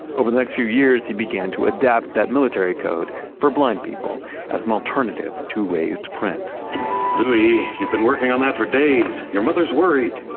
over the next few years, he began to adapt that military code for blind people as an alternative to raised print louis, you've been working on that for days! your mother's worried.